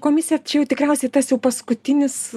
komisija čia jau tikriausiai tas jau paskutinis